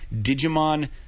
Digimon